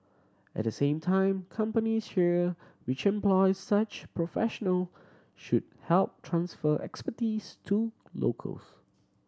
at the same time companies here which employ such professional should help transfer expertise to locals